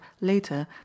later